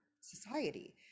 society